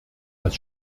das